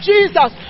Jesus